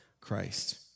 Christ